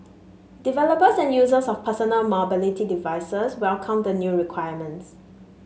developers and users of personal mobility devices welcomed the new requirements